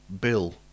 Bill